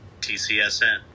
TCSN